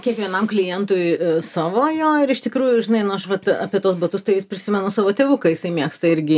kiekvienam klientui savojo ir iš tikrųjų žinai nu aš vat apie tuos batus tai vis prisimenu savo tėvuką jisai mėgsta irgi